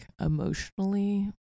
emotionally